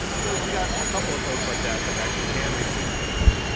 so you got a couple of folks like that that are actually champions of reforms,